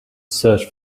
search